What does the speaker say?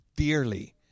dearly